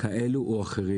כאלה או אחרים.